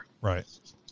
Right